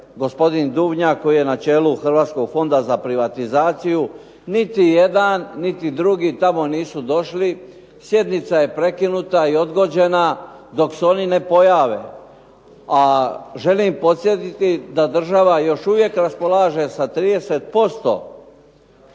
gospodin Duvnjak koji je na čelu Hrvatskog fonda za privatizaciju. Niti jedan, niti drugi tamo nisu došli. Sjednica je prekinuta i odgođena dok se oni ne pojave. A želim podsjetiti da država još uvijek raspolaže sa 30%